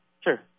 Sure